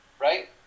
right